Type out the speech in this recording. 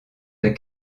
des